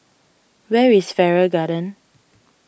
where is Farrer Garden